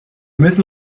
müssen